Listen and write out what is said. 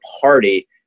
party